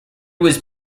was